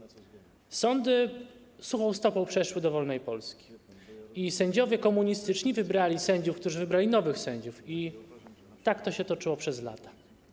Te sądy suchą stopą przeszły do wolnej Polski i sędziowie komunistyczni wybrali sędziów, którzy wybrali nowych sędziów, i tak to się toczyło przez lata.